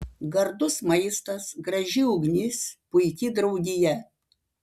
gardus maistas graži ugnis puiki draugija